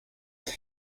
they